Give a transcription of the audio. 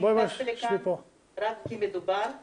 אני נכנסתי לכאן רק מכיוון שמדובר בנכים.